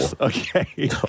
Okay